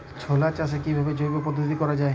ছোলা চাষ কিভাবে জৈব পদ্ধতিতে করা যায়?